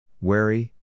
wary